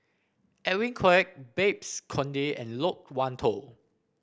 Edwin Koek Babes Conde and Loke Wan Tho